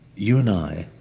you and i